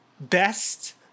best –